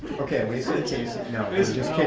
okay, lisa and casey. just kidding.